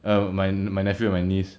um my my nephew and my niece